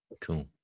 Cool